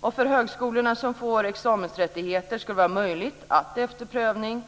För de högskolor som får examensrättigheter ska det vara möjligt att efter prövning